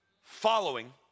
Following